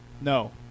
No